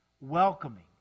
welcoming